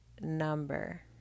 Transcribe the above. number